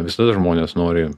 visada žmonės nori